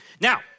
Now